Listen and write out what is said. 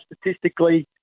statistically